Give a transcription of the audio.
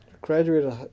Graduated